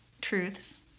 truths